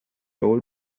old